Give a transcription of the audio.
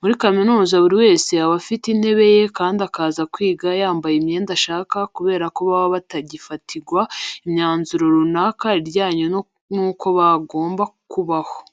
Muri kaminuza buri wese aba afite intebe ye kandi akaza kwiga yambaye imyenda ashaka kubera ko baba batagifatirwa imyanzuro runaka ijyanye nuko bagomba kubaho.